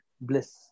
bliss